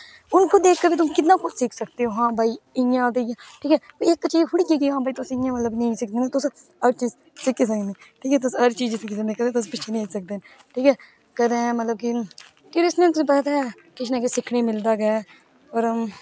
उन को देख कर वी तुम कितना कुछ सीख सकते हो हा भाई ठीक ऐ एह् इक चीज थोह्ड़ी भाई तुस इयां मतलब तुस हर चीज सिक्खी सकने तुस हर चीज सिक्खी सकने तुस किश नेई आक्खी सकदे ना ठीक ऐ कंदे मतलब कि किश ना किश सिक्खने गी मिलदा गै है और आंऊ